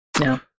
no